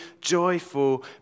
joyful